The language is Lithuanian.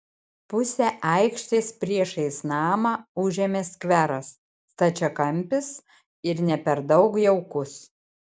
pusę aikštės priešais namą užėmė skveras stačiakampis ir ne per daug jaukus